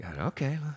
okay